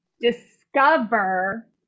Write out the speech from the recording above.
discover